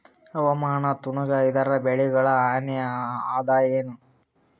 ಹವಾಮಾನ ತಣುಗ ಇದರ ಬೆಳೆಗೊಳಿಗ ಹಾನಿ ಅದಾಯೇನ?